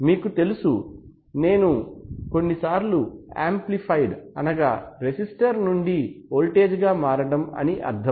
మీకు తెలుసు నేను కొన్ని సార్లు ఆంప్లిఫైడ్ అనగా రెసిస్టర్ నుండి వోల్టేజ్ గా మారడం అని అర్థం